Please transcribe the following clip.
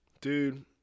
Dude